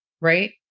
right